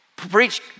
Preach